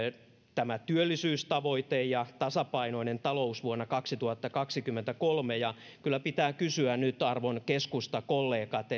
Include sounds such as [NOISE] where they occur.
tämä työllisyystavoite ja tasapainoinen talous vuonna kaksituhattakaksikymmentäkolme ja kyllä pitää kysyä nyt arvon keskustakollegat [UNINTELLIGIBLE]